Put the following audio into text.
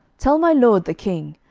tell my lord the king,